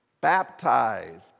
baptize